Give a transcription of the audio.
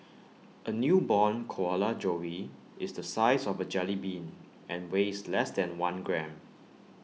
A newborn koala joey is the size of A jellybean and weighs less than one gram